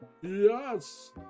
Yes